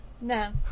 No